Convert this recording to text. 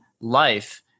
life